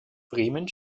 bremen